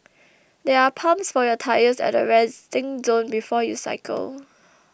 there are pumps for your tyres at the resting zone before you cycle